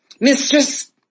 Mistress